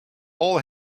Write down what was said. all